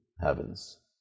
heavens